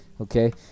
okay